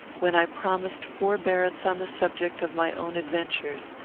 when i promised forbearance on the subject of my own adventures,